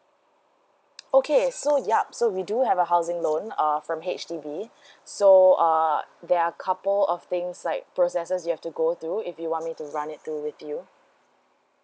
okay so yup so we do have a housing loan uh from H_D_B so err there are couple of things like processes you have to go through if you want me to run it through with you